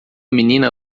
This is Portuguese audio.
menina